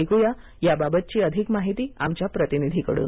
ऐकूया याबाबतची अधिक माहिती आमच्या प्रतिनिधीकडून